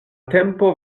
tempo